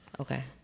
Okay